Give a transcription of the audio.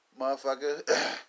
motherfucker